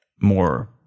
more –